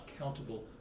accountable